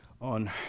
on